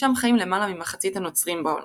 שם חיים למעלה ממחצית הנוצרים בעולם.